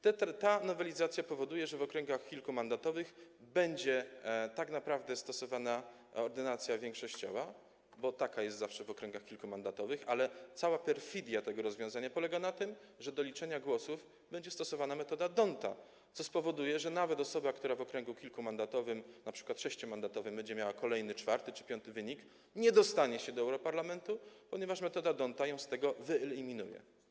Ta nowelizacja powoduje, że w okręgach kilkumandatowych będzie stosowana ordynacja większościowa, bo taka jest zawsze w okręgach kilkumandatowych, ale cała perfidia tego rozwiązania polega na tym, że do liczenia głosów będzie stosowana metoda D’Hondta, co spowoduje, że nawet osoba, która w okręgu kilkumandatowym, np. sześciomandatowym, będzie miała kolejny czwarty czy piąty wynik, nie dostanie się do Europarlamentu, ponieważ metoda D’Hondta ją z tego wyeliminuje.